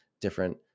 different